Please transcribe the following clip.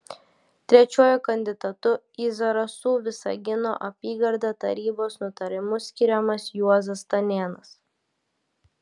trečiuoju kandidatu į zarasų visagino apygardą tarybos nutarimu skiriamas juozas stanėnas